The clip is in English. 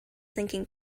thinking